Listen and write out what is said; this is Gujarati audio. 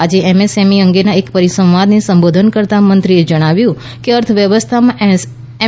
આજે એમએસએમઇ અંગેના એક પરિસંવાદને સંબોધન કરતાં મંત્રીએ જણાવ્યું કે અર્થવ્યવસ્થામાં એમ